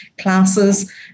classes